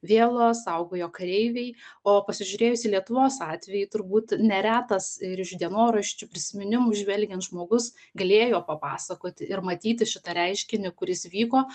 vielos saugojo kareiviai o pasižiūrėjus į lietuvos atvejį turbūt neretas ir iš dienoraščių prisiminimų žvelgiant žmogus galėjo papasakoti ir matyti šitą reiškinį kuris vyko